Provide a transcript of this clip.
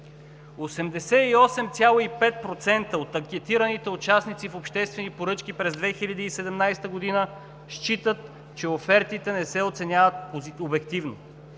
88,5% от анкетираните участници в обществени поръчки считат, че офертите не се оценяват обективно,